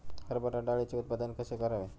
हरभरा डाळीचे उत्पादन कसे करावे?